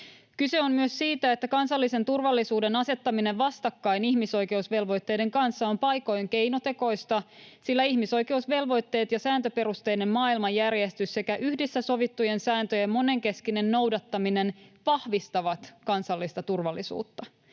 Kyse on myös siitä, että kansallisen turvallisuuden asettaminen vastakkain ihmisoikeusvelvoitteiden kanssa on paikoin keinotekoista, sillä ihmisoikeusvelvoitteet ja sääntöperusteinen maailmanjärjestys sekä yhdessä sovittujen sääntöjen monenkeskinen noudattaminen vahvistavat kansallista turvallisuutta.